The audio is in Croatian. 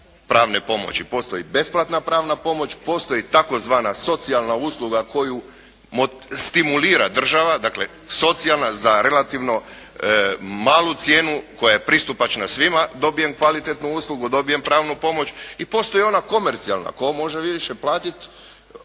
pravne pomoći. Postoji besplatna pravna pomoć, postoji tzv. socijalna usluga koju stimulira država, dakle socijalna za relativno malu cijenu koja je pristupačna svima dobijem kvalitetnu uslugu, dobijem pravnu pomoć i postoji ona komercijalna, tko može više platiti